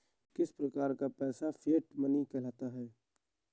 किस प्रकार का पैसा फिएट मनी कहलाता है?